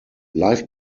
live